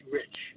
rich